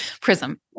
prism